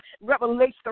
revelation